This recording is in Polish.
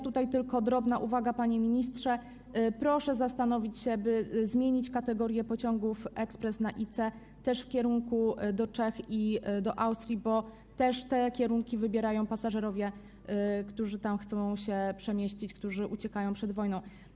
Tutaj tylko drobna uwaga, panie ministrze, proszę zastanowić się, by zmienić kategorię pociągów ekspres na IC też w kierunku do Czech i do Austrii, bo też te kierunki wybierają pasażerowie, którzy tam chcą się przemieścić, którzy uciekają przed wojną.